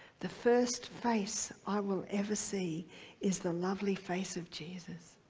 the first face i will ever see is the lovely face of jesus.